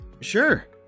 Sure